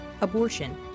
abortion